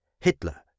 Hitler